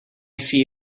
see